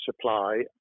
supply